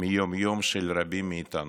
מהיום-יום של רבים מאיתנו.